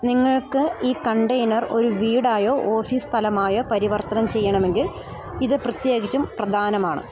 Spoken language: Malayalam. നിങ്ങൾക്ക് ഈ കണ്ടെയ്നർ ഒരു വീടായോ ഓഫീസ് സ്ഥലമായോ പരിവർത്തനം ചെയ്യണമെങ്കിൽ ഇത് പ്രത്യേകിച്ചും പ്രധാനമാണ്